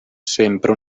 sempre